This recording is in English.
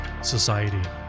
society